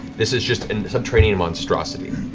this is just a subterranean monstrosity.